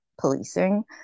policing